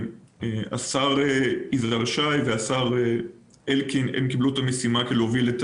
והשר יזהר שי והשר אלקין קיבלו את המשימה להוביל את